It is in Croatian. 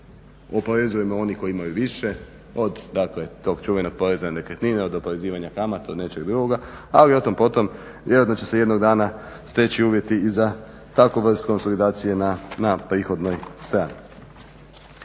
oporezujemo one koji imaju više od tog čuvenog poreza na nekretnine, od oporezivanja kamata, nečeg drugoga, ali o tom potom. Vjerojatno će se jednog dana steći uvjeti i za takvu vrstu konsolidacije na prihodnoj strani.